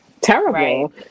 terrible